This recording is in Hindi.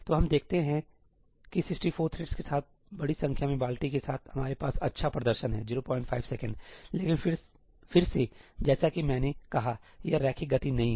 तो हम देखते हैं कि 64 थ्रेड्स के साथ बड़ी संख्या में बाल्टी के साथ हमारे पास अच्छा प्रदर्शन है 05 सेकंड लेकिन फिर से जैसा कि मैंने ठीक कहा यह रैखिक गति नहीं है